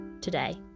today